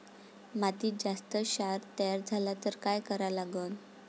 मातीत जास्त क्षार तयार झाला तर काय करा लागन?